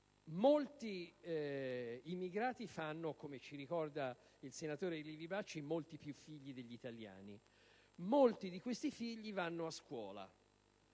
Molti immigrati fanno, come ci ricorda il senatore Livi Bacci, molti più figli degli italiani e molti di questi figli vanno a scuola,